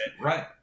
Right